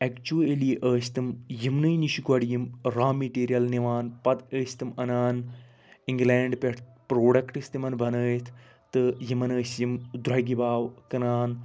actually ٲسۍ تِم یمنٕے نِش گۄڈٕ یم را میٚٹیٖریل نوان پَتہٕ ٲس تِم انان اِنٛگلینٛڈ پٮ۪ٹھ پرٛوڈَکٹٕس تِمن بَنٲیِتھ تہٕ یمن ٲسۍ تِم درٛوٚگہِ باوٕ کٕنان